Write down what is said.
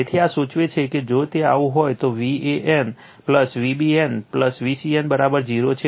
તેથી આ સૂચવે છે કે જો તે આવું હોય તો Van Vbn Vcn 0 છે